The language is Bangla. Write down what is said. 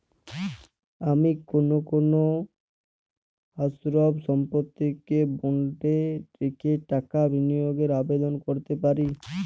আমি কোন কোন স্থাবর সম্পত্তিকে বন্ডে রেখে টাকা বিনিয়োগের আবেদন করতে পারি?